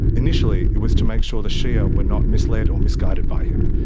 initially it was to make sure the shia were not misled or misguided by him.